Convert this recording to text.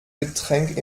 getränk